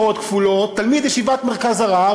תלמיד ישיבת "מרכז הרב",